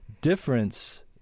difference